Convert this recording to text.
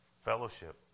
fellowship